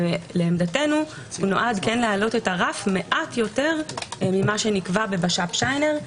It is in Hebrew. לעמדתנו נועד להעלות את הרף מעט יותר ממה שנקבע בבש"פ שיינר.